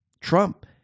Trump